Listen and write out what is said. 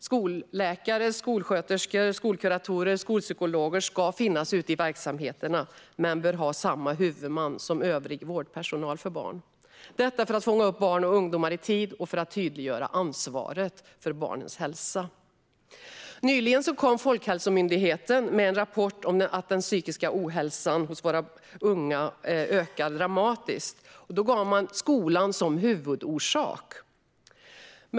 Skolläkare, skolsköterskor, skolkuratorer och skolpsykologer ska finnas ute i verksamheterna, men de bör ha samma huvudman som övrig vårdpersonal för barn. Detta är för att fånga upp barn och ungdomar i tid och för att tydliggöra ansvaret för barnens hälsa. Nyligen kom Folkhälsomyndigheten med en rapport om att den psykiska ohälsan hos våra unga ökar dramatiskt, och man angav skolan som huvudorsak.